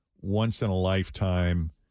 once-in-a-lifetime